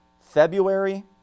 February